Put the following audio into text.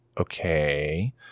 okay